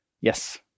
Yes